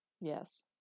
Yes